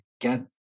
get